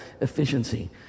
efficiency